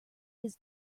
his